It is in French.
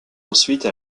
ensuite